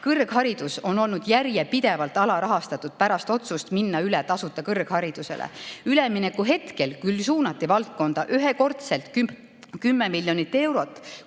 Kõrgharidus on olnud järjepidevalt alarahastatud pärast otsust minna üle tasuta kõrgharidusele. Üleminekuajal küll suunati valdkonda ühekordselt 10 miljonit eurot,